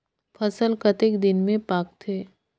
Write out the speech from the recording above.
फसल कतेक दिन मे पाकथे?